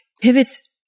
pivots